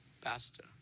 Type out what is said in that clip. pastor